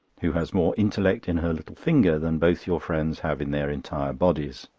who has more intellect in her little finger than both your friends have in their entire bodies.